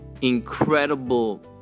incredible